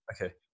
Okay